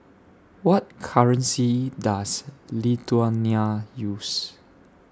What currency Does Lithuania use